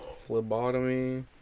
Phlebotomy